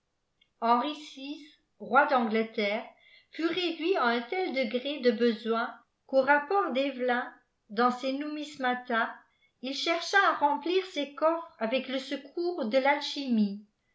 roi d'angleterre fut réduit à un tel degré de bésoih qu'au rapport dëvelyn dans ses numismaia il chercha à remplir ses coffres avec le secours de l'alchimie